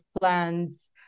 plans